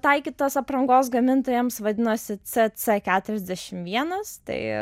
taikytas aprangos gamintojams vadinosi cc keturiasdešim vienas tai